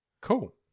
Cool